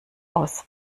aus